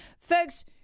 Folks